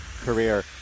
career